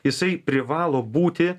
jisai privalo būti